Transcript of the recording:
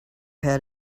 had